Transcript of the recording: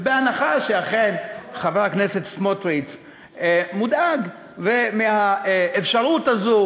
ובהנחה שאכן חבר הכנסת סמוטריץ מודאג מהאפשרות הזו